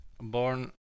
born